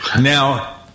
Now